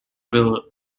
will